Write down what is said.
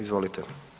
Izvolite.